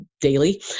daily